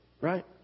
Right